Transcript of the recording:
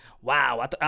Wow